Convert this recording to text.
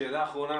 שאלה אחרונה